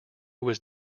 was